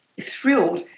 thrilled